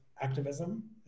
activism